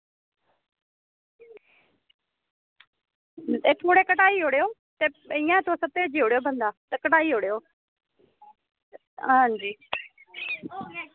एह् थोह्ड़े घटाई ओड़ेओ इंया तुस भेजी ओड़ेओ बल्ला ते तुस घटाई ओड़ेओ आं जी